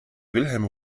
wilhelm